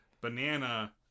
banana